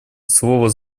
слово